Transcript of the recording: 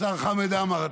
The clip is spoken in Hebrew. השר חמד עמאר,